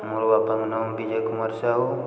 ମୋ ବାପାଙ୍କ ନାମ ବିଜୟ କୁମାର ସାହୁ